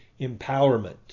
empowerment